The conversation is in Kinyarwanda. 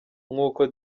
nk’uko